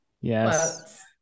Yes